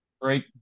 Great